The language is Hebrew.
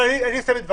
אני אסיים את דבריי,